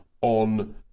on